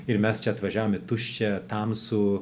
ir mes čia atvažiavom į tuščią tamsų